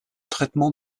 traitement